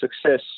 success